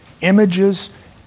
images